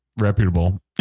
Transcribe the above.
Reputable